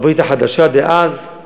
הברית החדשה דאז,